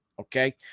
okay